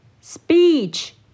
Speech